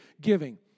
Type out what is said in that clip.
giving